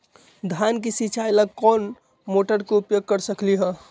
धान के सिचाई ला कोंन मोटर के उपयोग कर सकली ह?